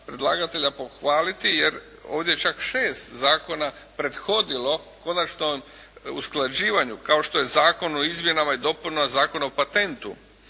predlagatelja pohvaliti jer ovdje je čak šest zakona prethodilo konačnom usklađivanju kao što je Zakon o izmjenama i dopunama Zakona o patentu,